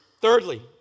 thirdly